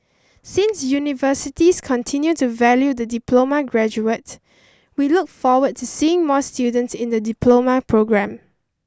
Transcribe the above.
since universities continue to value the diploma graduate we look forward to seeing more students in the Diploma Programme